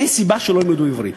אין סיבה שלא ילמדו עברית.